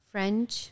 French